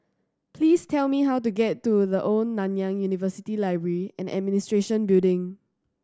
please tell me how to get to The Old Nanyang University Library and Administration Building